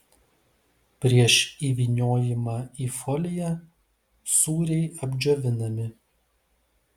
prieš įvyniojimą į foliją sūriai apdžiovinami